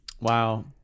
Wow